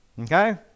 Okay